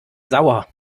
sauer